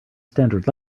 standard